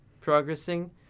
Progressing